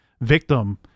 victim